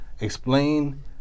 explain